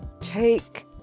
take